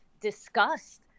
discussed